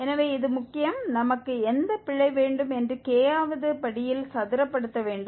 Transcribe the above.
எனவே இது முக்கியம் நமக்கு எந்த பிழை வேண்டும் என்று k வது படியில் சதுர படுத்த வேண்டும்